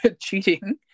cheating